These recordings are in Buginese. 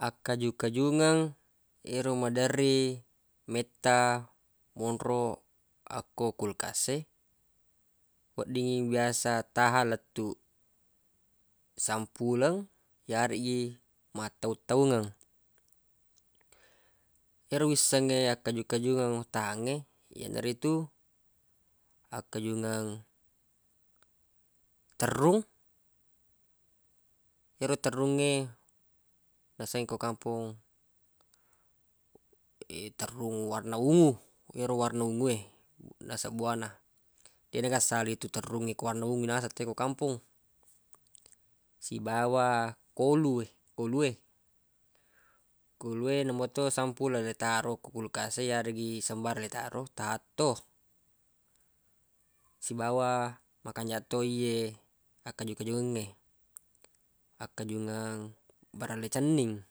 Akkaju-kajungngeng ero maderri metta monro akko kulkas e weddingngi biasa tahang lettuq samppuleng yareggi matau-taungeng yero wissengnge ya kaju-kajungeng tahangnge yenaritu akkajungeng terrung yero terrungnge nasengnge ko kampong terrung warna ungu yero warna ungu e naseng bua na deq na ga sala i yetu terrungnge ko warna ungu ni naseng tawwe ko kampong sibawa kolu we kolu we kolu we namo to siampuleng le taro ko kulkas e yareggi sembarang le taro taatto sibawa makanjaq toi ye akkaju-kajungengnge akkajungeng barelle cenning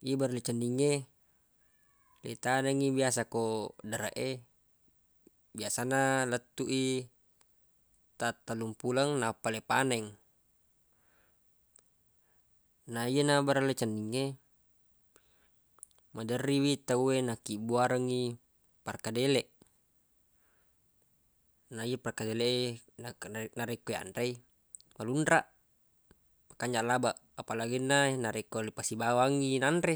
ye barelle cenningnge ri tanengngi biasa ko dareq e biasanna lettu i ta tellumpuleng nappa le paneng na yena barelle cenningnge maderri wi tawwe nakkibuarengngi perkedeleq na iyye perkedeleq e narekko yanre i malunraq makanjaq labeq apalaginna narekko le pasibawangngi nanre.